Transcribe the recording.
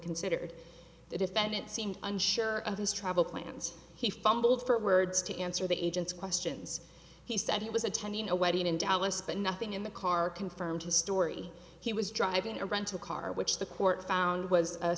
sigurd the defendant seemed unsure of his travel plans he fumbled for words to answer the agent's questions he said he was attending a wedding in dallas but nothing in the car confirmed his story he was driving a rental car which the court found was a